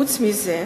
חוץ מזה,